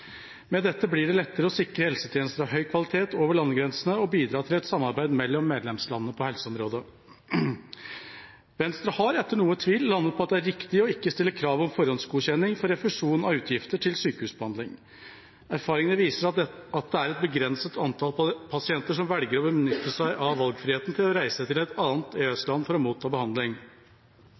Med dette blir det lettere å sikre helsetjenester av høy kvalitet over landegrensene og bidra til et samarbeid mellom medlemslandene på helseområdet. Venstre har – etter noe tvil – landet på at det er riktig ikke å stille krav om forhåndsgodkjenning for refusjon av utgifter til sykehusbehandling. Erfaringene viser at det er et begrenset antall pasienter som velger å benytte seg av valgfriheten til å reise til et annet EØS-land for å motta behandling.